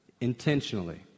intentionally